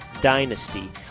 dynasty